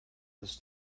this